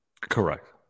Correct